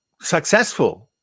successful